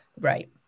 right